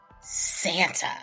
santa